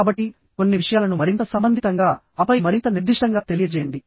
కాబట్టి కొన్ని విషయాలను మరింత సంబంధితంగా ఆపై మరింత నిర్దిష్టంగా తెలియజేయండి